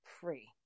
free